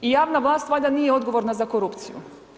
I javna vlast valjda nije odgovorna za korupciju.